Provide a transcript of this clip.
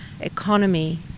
economy